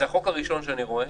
זה החוק הראשון שאני רואה